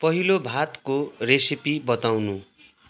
पहिलो भातको रेसिपी बताउनू